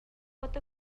pot